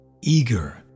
eager